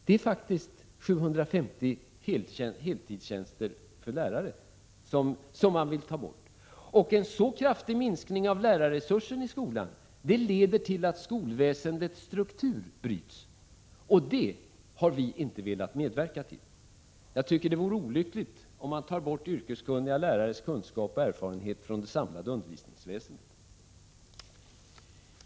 Det är faktiskt 750 heltidstjänster för lärare som folkpartiet vill ta bort. Och en så kraftig minskning av lärarresursen i skolan leder till att skolväsendets struktur bryts — och det har vi inte velat medverka till. Jag tycker att det vore olyckligt om man tar bort yrkeskunniga lärares kunskap och erfarenhet från det samlade undervisningsväsendet.